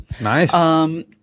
Nice